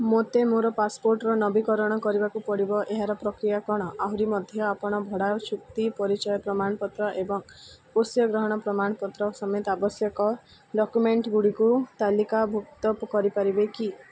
ମୋତେ ମୋର ପାସପୋର୍ଟର ନବୀକରଣ କରିବାକୁ ପଡ଼ିବ ଏହାର ପ୍ରକ୍ରିୟା କ'ଣ ଆହୁରି ମଧ୍ୟ ଆପଣ ଭଡ଼ା ଚୁକ୍ତି ପରିଚୟ ପ୍ରମାଣପତ୍ର ଏବଂ ପୋଷ୍ୟ ଗ୍ରହଣ ପ୍ରମାଣପତ୍ର ସମେତ ଆବଶ୍ୟକ ଡକ୍ୟୁମେଣ୍ଟ ଗୁଡ଼ିକୁ ତାଲିକାଭୁକ୍ତ କରିପାରିବେ କି